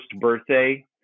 birthday